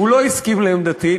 הוא לא הסכים לעמדתי,